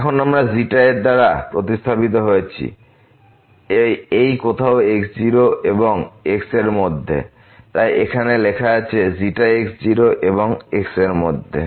এখন আমরা এর দ্বারা প্রতিস্থাপিত হয়েছি এই কোথাও x0 এবং বিন্দু x এরমধ্যে তাই এখানে লেখা আছে x0 এবং x এর মধ্যে